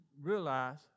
realize